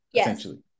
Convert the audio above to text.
essentially